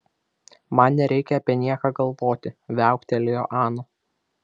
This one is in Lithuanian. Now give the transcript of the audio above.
man nereikia apie nieką galvoti viauktelėjo ana